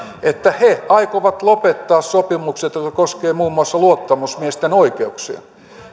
että he aikovat lopettaa sopimukset jotka koskevat muun muassa luottamusmiesten oikeuksia